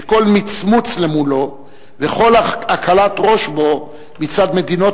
שכל מצמוץ למולו וכל הקלת ראש בו מצד מדינות